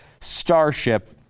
Starship